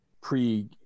Pre